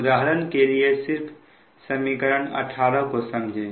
उदाहरण के लिए सिर्फ समीकरण 18 को समझें